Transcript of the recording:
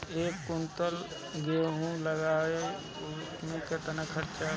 एक सौ कुंटल गेहूं लदवाई में केतना खर्चा लागी?